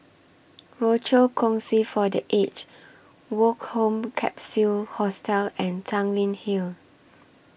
Rochor Kongsi For The Aged Woke Home Capsule Hostel and Tanglin Hill